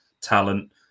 talent